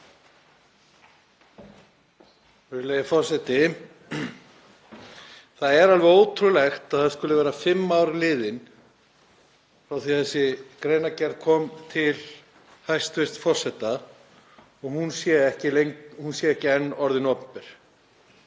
Það er alveg ótrúlegt að það skuli vera fimm ár liðin frá því að þessi greinargerð kom til hæstv. forseta og hún sé ekki enn orðin opinber.